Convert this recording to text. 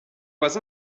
was